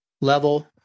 level